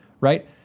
right